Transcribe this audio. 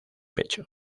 pecho